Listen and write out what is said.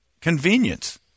convenience